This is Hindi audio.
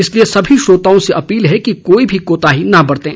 इसलिए सभी श्रोताओं से अपील है कि कोई भी कोताही न बरतें